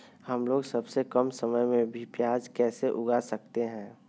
हमलोग सबसे कम समय में भी प्याज कैसे उगा सकते हैं?